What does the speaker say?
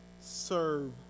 serve